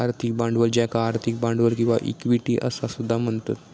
आर्थिक भांडवल ज्याका आर्थिक भांडवल किंवा इक्विटी असा सुद्धा म्हणतत